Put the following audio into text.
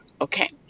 Okay